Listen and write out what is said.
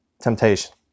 temptation